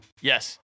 Yes